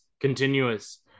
Continuous